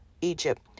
Egypt